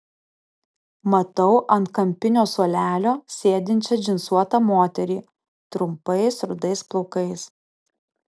matau ant kampinio suolelio sėdinčią džinsuotą moterį trumpais rudais plaukais